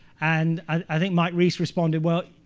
and i think mike reiss responded, well,